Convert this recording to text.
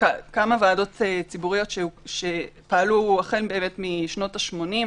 כמה ועדות ציבוריות שפעלו משנות ה-80',